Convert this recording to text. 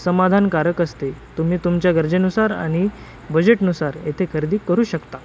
समाधानकारक असते तुम्ही तुमच्या गरजेनुसार आणि बजेटनुसार येथे खरेदी करू शकता